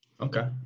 Okay